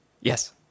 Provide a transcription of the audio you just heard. yes